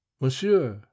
monsieur